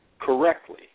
correctly